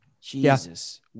Jesus